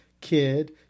kid